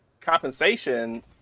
compensation